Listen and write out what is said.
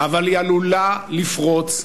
אבל היא עלולה לפרוץ,